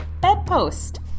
Bedpost